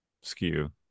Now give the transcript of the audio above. skew